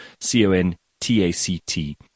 C-O-N-T-A-C-T